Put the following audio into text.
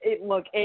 Look